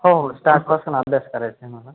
हो हो स्टार्टपासून अभ्यास करायचा आहे मला